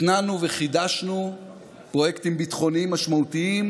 התנענו וחידשנו פרויקטים ביטחוניים משמעותיים,